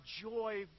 joy